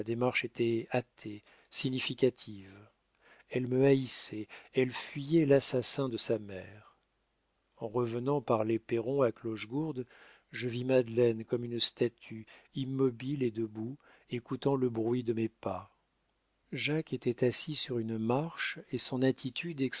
démarche était hâtée significative elle me haïssait elle fuyait l'assassin de sa mère en revenant par les perrons à clochegourde je vis madeleine comme une statue immobile et debout écoutant le bruit de mes pas jacques était assis sur une marche et son attitude